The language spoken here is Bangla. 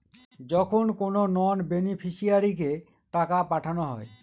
যখন কোনো নন বেনিফিশিয়ারিকে টাকা পাঠানো হয়